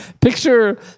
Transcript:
picture